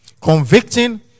convicting